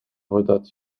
voordat